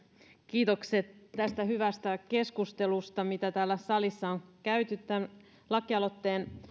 kiitokset tästä hyvästä keskustelusta jota täällä salissa on käyty tämän lakialoitteen